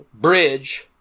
bridge